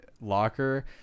locker